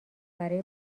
برای